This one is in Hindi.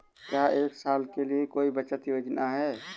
क्या एक साल के लिए कोई बचत योजना है?